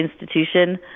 institution